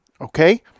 Okay